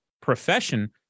profession